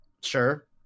sure